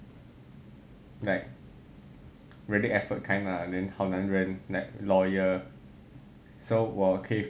like really effort kind lah and then 好男人 like loyal so 我可以